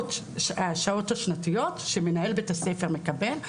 שעות שנתיות שמנהל בית הספר מקבל.